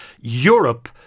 Europe